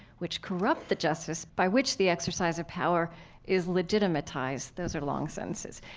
which corrupt the justice by which the exercise of power is legitimatized. those are long sentences,